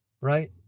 right